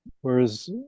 Whereas